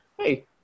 hey